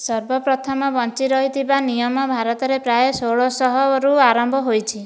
ସର୍ବପ୍ରଥମ ବଞ୍ଚି ରହିଥିବା ନିୟମ ଭାରତରେ ପ୍ରାୟ ଷୋହଳ ଶହରୁ ଆରମ୍ଭ ହୋଇଛି